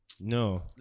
No